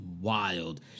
wild